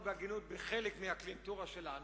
בהגינות בחלק מן הקליינטורה שלנו.